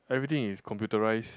everything is computerise